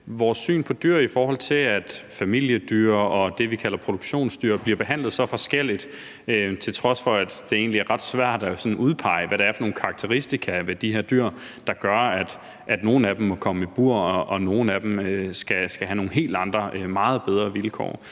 vores syn på dyr, i forhold til at familiedyr og det, vi kalder produktionsdyr, bliver behandlet så forskelligt, til trods for at det egentlig er ret svært sådan at udpege, hvad det er for nogle karakteristika ved de her dyr, der gør, at nogle af dem må komme i bur og nogle af dem skal have nogle helt andre og meget bedre vilkår.